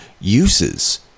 uses